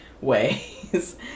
ways